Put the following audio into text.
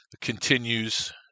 continues